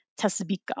tasbika